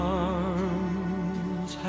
arms